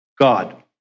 god